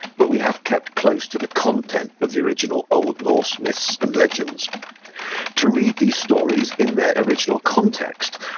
but we have kept close to the content of the original old norse myths and legends to read these stories in their original context,